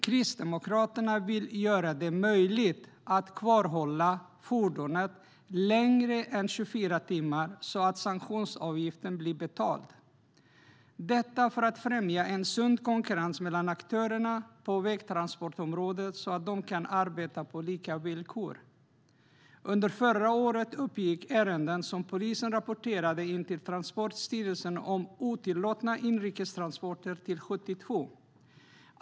Kristdemokraterna vill göra det möjligt att kvarhålla fordonet längre än 24 timmar så att sanktionsavgiften blir betald, detta för att främja en sund konkurrens mellan aktörerna på vägtransportområdet så att de kan arbeta på lika villkor. Under förra året uppgick ärenden som polisen rapporterade in till Transportstyrelsen om otillåtna inrikestransporter till 72.